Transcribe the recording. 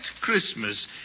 Christmas